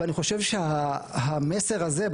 ואני חושב שהמסר הזה,